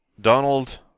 Donald